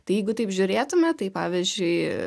tai jeigu taip žiūrėtume tai pavyzdžiui